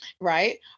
right